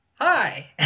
hi